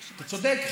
אתה צודק,